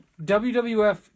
WWF